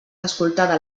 escoltada